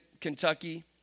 Kentucky